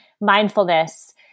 Mindfulness